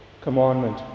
commandment